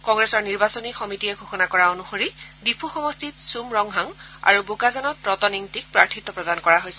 কংগ্ৰেছৰ নিৰ্বাচনী কমিটীয়ে ঘোষণা কৰা অনুসৰি ডিফু সমষ্টিত ছুম ৰংহাং আৰু বোকাজানত ৰতন ইংতিক প্ৰাৰ্থিত্ব প্ৰদান কৰা হৈছে